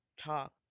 talk